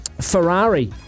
Ferrari